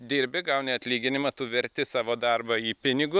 dirbi gauni atlyginimą tu verti savo darbą į pinigus